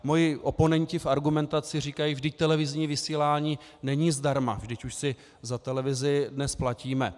Moji oponenti v argumentaci říkají: vždyť televizní vysílání není zdarma, vždyť už si za televizi dnes platíme.